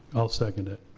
i'll second it.